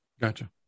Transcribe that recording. Gotcha